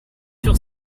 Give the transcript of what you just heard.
sur